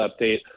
update